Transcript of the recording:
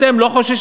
אתם לא חוששים?